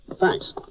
Thanks